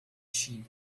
sheep